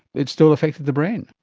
it still affected the brain.